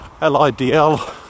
L-I-D-L